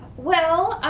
well,